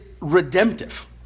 redemptive